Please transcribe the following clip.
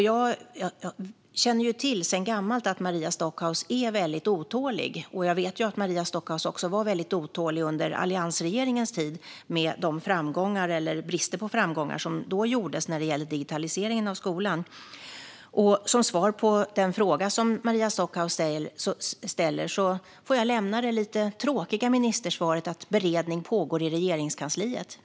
Jag känner sedan gammalt till att Maria Stockhaus är väldigt otålig, och jag vet att hon var otålig också under alliansregeringens tid när det gällde den tidens framgångar eller brist på framgångar avseende digitaliseringen av skolan. Som svar på Maria Stockhaus fråga får jag lämna det lite tråkiga ministersvaret att beredning pågår i Regeringskansliet.